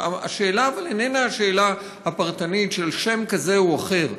אבל השאלה איננה השאלה הפרטנית של שם כזה או אחר,